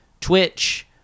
twitch